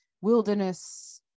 wilderness